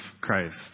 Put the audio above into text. Christ